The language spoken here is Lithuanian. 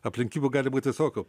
aplinkybių gali būt visokių